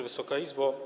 Wysoka Izbo!